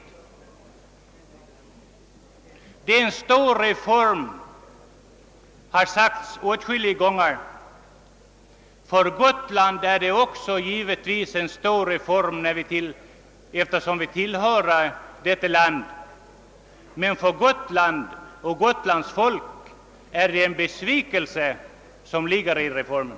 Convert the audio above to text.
Om det är en stor reform som skall genomföras gäller detta naturligtvis även för Gotland, ty Gotland tillhör ju Sverige. Men för Gotlands folk ligger det en djup besvikelse i reformen.